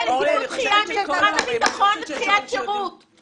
הילדים האלה קבלו דחיית שירות ממשרד הביטחון.